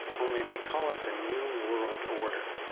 only they call it the new world order.